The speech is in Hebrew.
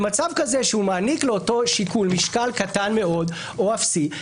במצב כזה שהוא מעניק לאותו שיקול משקל קטן מאוד או אפסי,